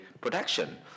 production